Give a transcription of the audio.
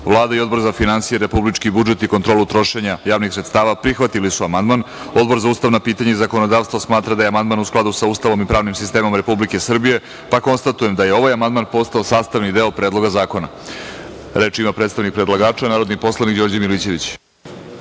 i Odbor za finansije, republički budžet i kontrolu trošenja javnih sredstava prihvatili su amandman, a Odbor za ustavna pitanja i zakonodavstvo smatra da je amandman u skladu sa Ustavom i pravnim sistemom Republike Srbije, pa konstatujem da je ovaj amandman postao sastavni deo Predloga zakona. Reč ima predstavnik predlagača, narodni poslanik Đorđe Milićević.